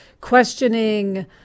questioning